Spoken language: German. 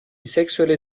sexuelle